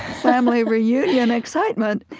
family-reunion excitement,